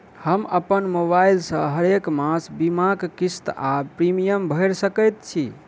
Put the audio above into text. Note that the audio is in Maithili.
हम अप्पन मोबाइल सँ हरेक मास बीमाक किस्त वा प्रिमियम भैर सकैत छी?